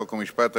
חוק ומשפט,